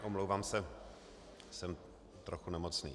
Omlouvám se, jsem trochu nemocný.